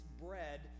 bread